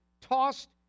tossed